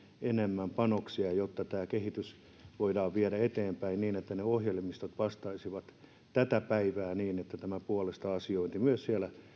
enemmän panoksia jotta tätä kehitystä voidaan viedä eteenpäin niin että ne ohjelmistot vastaisivat tätä päivää niin että tämä puolesta asiointi myös